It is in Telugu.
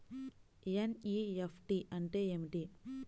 ఎన్.ఈ.ఎఫ్.టీ అంటే ఏమిటి?